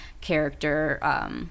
character